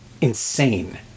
insane